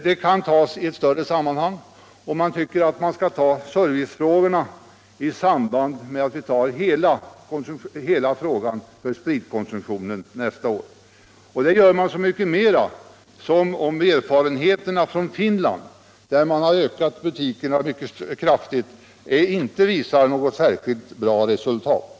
Detta kan tas i ett större sammanhang, och vi tycker att servicefrågorna skall behandlas i samband med att vi behandlar hela frågan om spritkonsumtionen nästa år. Det anser vi så mycket mera som erfarenheterna från Finland, där man har ökat antalet butiker mycket kraftigt, inte visar på något särskilt bra resultat.